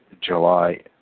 July